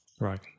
Right